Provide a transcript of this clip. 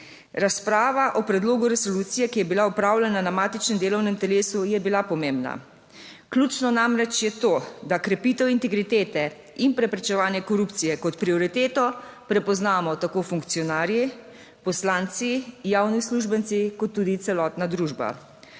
Razprava o predlogu resolucije, ki je bila opravljena na matičnem delovnem telesu je bila pomembna. Ključno namreč je to, da krepitev integritete in preprečevanja korupcije kot prioriteto prepoznamo tako funkcionarji, poslanci, javni uslužbenci kot tudi celotna družba.